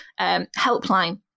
helpline